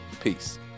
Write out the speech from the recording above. Peace